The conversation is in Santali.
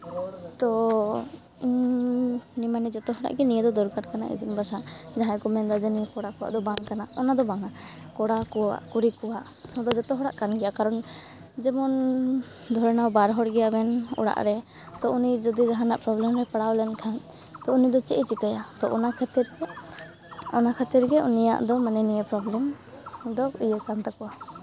ᱛᱚ ᱤᱧ ᱢᱟᱱᱮ ᱡᱚᱛᱚ ᱦᱚᱲᱟᱜ ᱜᱮ ᱱᱤᱭᱟᱹ ᱫᱚ ᱫᱚᱨᱠᱟᱨ ᱠᱟᱱᱟ ᱤᱥᱤᱱ ᱵᱟᱥᱟᱝ ᱡᱟᱦᱟᱸᱭ ᱠᱚ ᱢᱮᱱᱫᱟ ᱡᱟᱹᱱᱤᱡ ᱠᱚᱲᱟ ᱠᱚᱣᱟᱜ ᱫᱚ ᱵᱟᱝ ᱠᱟᱱᱟ ᱚᱱᱟ ᱫᱚ ᱵᱟᱝᱟ ᱠᱚᱲᱟ ᱠᱚᱣᱟᱜ ᱠᱩᱲᱤ ᱠᱚᱣᱟᱜ ᱚᱱᱟᱫᱚ ᱡᱚᱛᱚ ᱦᱚᱲᱟᱜ ᱠᱟᱱ ᱜᱮᱭᱟ ᱠᱟᱨᱚᱱ ᱡᱮᱢᱚᱱ ᱫᱷᱚᱨᱮ ᱱᱟᱣ ᱵᱟᱨ ᱦᱚᱲ ᱜᱮᱭᱟᱵᱮᱱ ᱚᱲᱟᱜ ᱨᱮ ᱛᱚ ᱩᱱᱤ ᱡᱩᱫᱤ ᱡᱟᱦᱟᱱᱟᱜ ᱯᱨᱚᱵᱞᱮᱢ ᱨᱮᱭ ᱯᱟᱲᱟᱣ ᱞᱮᱱᱠᱷᱟᱡ ᱛᱚ ᱩᱱᱤ ᱫᱚ ᱪᱮᱫ ᱮ ᱪᱤᱠᱟᱹᱭᱟ ᱛᱚ ᱚᱱᱟ ᱠᱷᱟᱹᱛᱤᱨ ᱜᱮ ᱚᱱᱟ ᱠᱷᱟᱹᱛᱤᱨ ᱜᱮ ᱩᱱᱤᱭᱟᱜ ᱫᱚ ᱢᱟᱱᱮ ᱱᱤᱭᱟᱹ ᱯᱨᱚᱵᱞᱮᱢ ᱫᱚ ᱤᱭᱟᱹ ᱠᱟᱱ ᱛᱟᱠᱚᱣᱟ